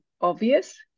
obvious